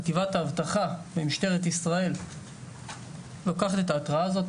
חטיבת האבטחה במשטרת ישראל לוקחת את ההתרעה הזאת,